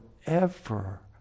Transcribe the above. forever